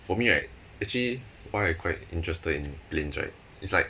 for me right actually why I quite interested in planes right is like